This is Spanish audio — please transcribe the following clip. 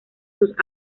sus